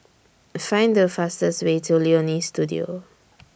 Find The fastest Way to Leonie Studio